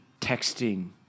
texting